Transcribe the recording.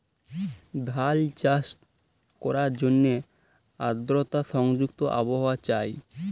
ধাল চাষট ক্যরার জ্যনহে আদরতা সংযুক্ত আবহাওয়া চাই